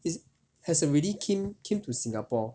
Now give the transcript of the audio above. it has already came came to singapore